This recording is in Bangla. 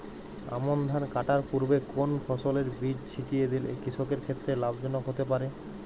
আমন ধান কাটার পূর্বে কোন ফসলের বীজ ছিটিয়ে দিলে কৃষকের ক্ষেত্রে লাভজনক হতে পারে?